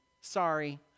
sorry